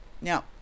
Now